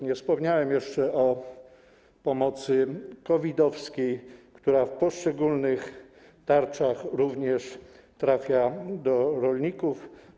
Nie wspomniałem jeszcze o pomocy COVID-owej, która w ramach poszczególnych tarcz również trafia do rolników.